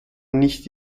nicht